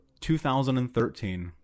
2013